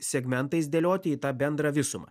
segmentais dėlioti į tą bendrą visumą